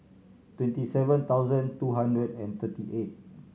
twenty seven thousand two hundred and thirty eight